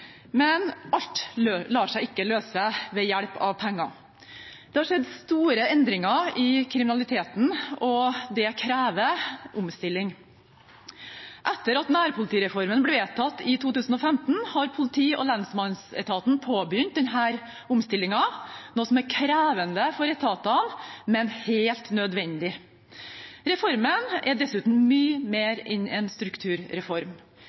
men alt lar seg ikke løse ved hjelp av penger. Det har skjedd store endringer i kriminaliteten, og det krever omstilling. Etter at nærpolitireformen ble vedtatt i 2015, har politi- og lensmannsetaten påbegynt denne omstillingen, noe som er krevende for etatene, men helt nødvendig. Reformen er dessuten mye mer enn en strukturreform.